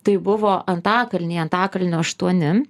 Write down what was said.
tai buvo antakalnyje antakalnio aštuoni